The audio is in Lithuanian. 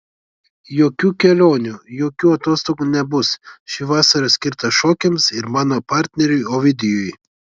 jokių kelionių jokių atostogų nebus ši vasara skirta šokiams ir mano partneriui ovidijui